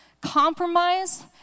Compromise